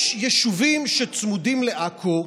יש יישובים שצמודים לעכו,